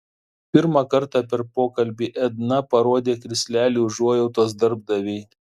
pirmą kartą per pokalbį edna parodė krislelį užuojautos darbdavei